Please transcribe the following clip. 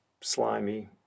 slimy